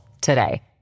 today